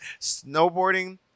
snowboarding